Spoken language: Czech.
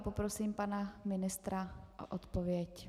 Poprosím pana ministra o odpověď.